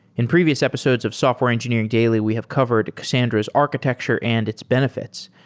in previous episodes of software engineering daily we have covered cassandra's architecture and its benefits,